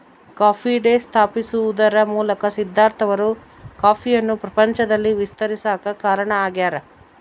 coffee Day ಸ್ಥಾಪಿಸುವದರ ಮೂಲಕ ಸಿದ್ದಾರ್ಥ ಅವರು ಕಾಫಿಯನ್ನು ಪ್ರಪಂಚದಲ್ಲಿ ವಿಸ್ತರಿಸಾಕ ಕಾರಣ ಆಗ್ಯಾರ